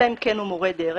אלא אם כן הוא מורה דרך,